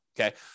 okay